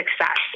success